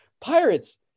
Pirates